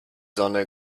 sonne